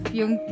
yung